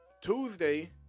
tuesday